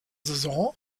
saison